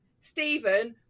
Stephen